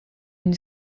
une